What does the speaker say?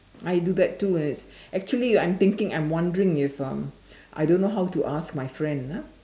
I do that too as actually I'm thinking I'm wondering if um I don't know how to ask my friend ah